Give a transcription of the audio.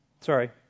Sorry